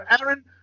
Aaron